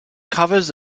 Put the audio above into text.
covers